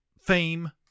fame